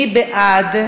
מי בעד?